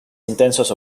intensos